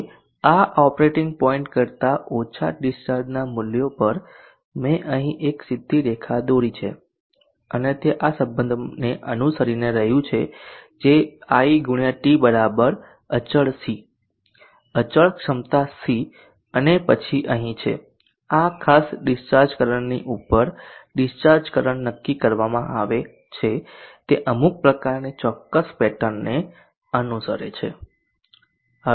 હવે આ operating point કરતા ઓછા ડિસ્ચાર્જનાં મૂલ્યો પર મેં અહીં એક સીધી રેખા દોરી છે અને તે આ સંબંધને અનુસરી રહ્યું છે જે I x t બરાબર અચળ C અચળ ક્ષમતા C અને પછી અહીં છે આ ખાસ ડીસ્ચાર્જ કરંટ ની ઉપર ડિસ્ચાર્જ કરંટ નક્કી કરવામાં આવે છે તે અમુક પ્રકારની ચોરસ પેટર્નને અનુસરે છે